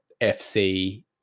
FC